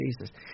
Jesus